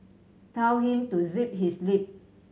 tell him to zip his lip